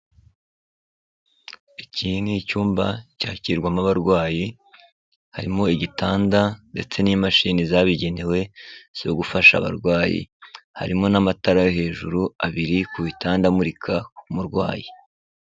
Iki ni icyumba cyakirirwamo abarwayi, harimo igitanda ndetse n'imashini zabigenewe, zo gufasha abarwayi. Harimo n'amatara yo hejuru abiri ku bitanda amurika ku murwayi.